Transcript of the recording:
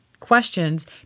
questions